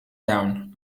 down